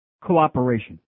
cooperation